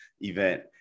event